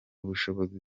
ubushobozi